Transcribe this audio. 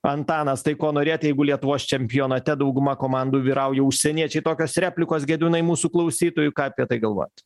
antanas tai ko norėt jeigu lietuvos čempionate dauguma komandų vyrauja užsieniečiai tokios replikos gediminai mūsų klausytojų ką apie tai galvojat